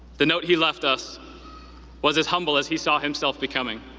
the note he left us was as humble as he saw himself becoming,